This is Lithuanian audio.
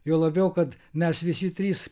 juo labiau kad mes visi trys